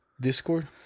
Discord